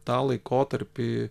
tą laikotarpį